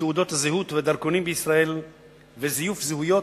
תעודות הזהות והדרכונים בישראל וזיוף זהויות,